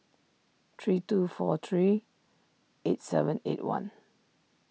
three two four three eight seven eight one